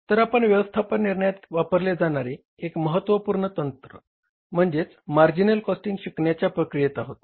तर आपण व्यवस्थापन निर्णयात वापरले जाणारे एक महत्वपूर्ण तंत्र म्हणजेच मार्जिनल कॉस्टिंग शिकण्याच्या प्रक्रियेत आहोत